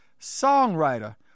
songwriter